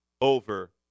over